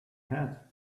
hat